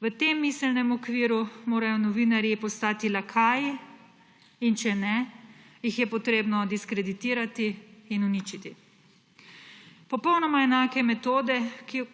V tem miselnem okviru morajo novinarji postati lakaji in če ne jih je potrebno diskreditirati in uničiti. Popolnoma enake metode